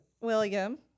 William